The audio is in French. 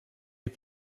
est